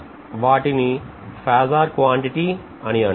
కాబట్టి వాటిని phasor quantity అని అంటాం